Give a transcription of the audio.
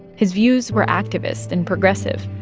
his views were activist and progressive,